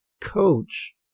coach